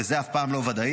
וזה אף פעם לא ודאי,